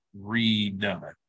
redone